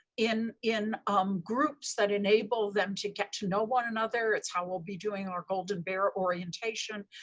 in in um groups that enable them to get to know one and other. it's how we'll be doing our golden bear orientation.